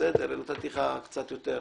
נתתי לך קצת יותר.